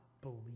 believe